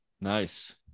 Nice